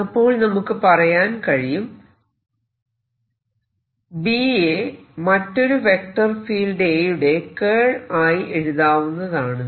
അപ്പോൾ നമുക്ക് പറയാൻ കഴിയും B യെ മറ്റൊരു വെക്റ്റർ ഫീൽഡ് A യുടെ കേൾ ആയി എഴുതാവുന്നതാണെന്ന്